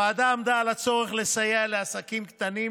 הוועדה עמדה על הצורך לסייע לעסקים קטנים